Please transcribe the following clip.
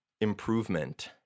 improvement